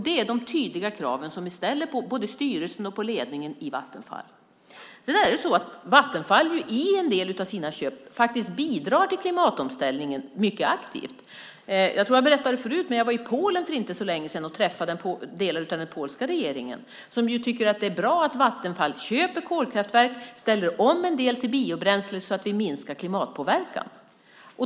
Det är de tydliga krav som vi ställer på styrelsen och ledningen i Vattenfall. Vattenfall bidrar i en del av sina köp till klimatomställningen mycket aktivt. Jag tror att jag berättade förut att jag var i Polen för inte så länge sedan och träffade delar av den polska regeringen, som tycker att det är bra att Vattenfall köper kolkraftverk och ställer om en del till biobränsle för att minska klimatpåverkan.